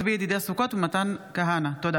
צבי ידידיה סוכות ומתן כהנא בנושא: עלייה דרמטית